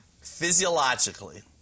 physiologically